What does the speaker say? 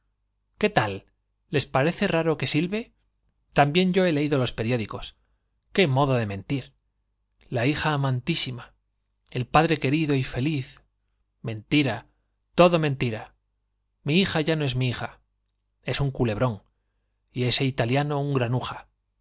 entusiasmo tal l les parece raro los imbéciles i qué que silbe también yo he leido los periódicos qué el modo de mentir l la hija amantísima padre mentira todo mentira mi hija ya querido y feliz no es mi hija es un culebrón y ese italiano un graenviarme